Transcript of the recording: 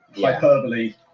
Hyperbole